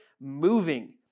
moving